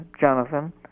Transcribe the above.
Jonathan